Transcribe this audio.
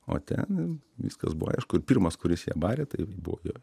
o ten viskas buvo aišku ir pirmas kuris ją barė taip bvo jo